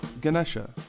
Ganesha